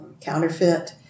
counterfeit